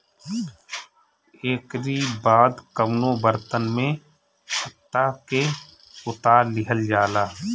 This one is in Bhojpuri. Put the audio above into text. एकरी बाद कवनो बर्तन में छत्ता के उतार लिहल जाला